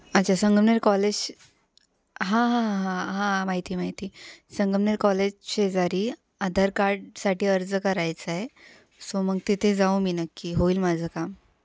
अच्छा संगमनेर कॉलेज हां हां हां हां माहिती आहे माहिती आहे संगमनेर कॉलेज शेजारी आधार कार्डसाठी अर्ज करायचा आहे सो मग तिथे जाऊ मी नक्की होईल माझं काम